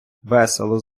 весело